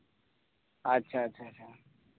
ᱟᱪᱪᱷᱟ ᱟᱪᱪᱷᱟ